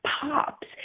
pops